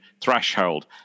threshold